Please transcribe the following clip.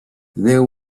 there